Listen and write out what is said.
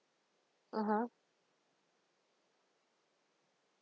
(uh huh)